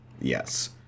Yes